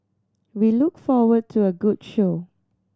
we look forward to a good show